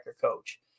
coach